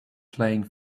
playing